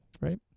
right